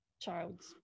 child's